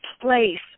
place